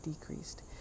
decreased